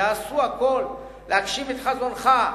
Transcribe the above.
שיעשו הכול להגשים את חזונך,